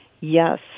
Yes